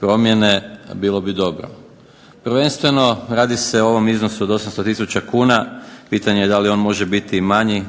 promijene, a bilo bi dobro. Prvenstveno radi se o ovom iznosu od 800000 kuna. Pitanje je da li on može biti i manji.